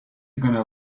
gonna